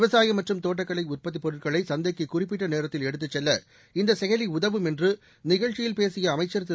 விவசாயம் மற்றும் தோட்டக்கலை உற்பத்தி பொருட்களை சந்தைக்கு குறிப்பிட்ட நேரத்தில் எடுத்து செல்ல இந்த செயலி உதவும் என்று நிகழ்ச்சியில் பேசிய அமைச்சா் திரு